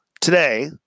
today